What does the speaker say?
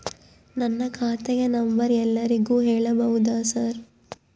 ನನ್ನ ಖಾತೆಯ ನಂಬರ್ ಎಲ್ಲರಿಗೂ ಹೇಳಬಹುದಾ ಸರ್?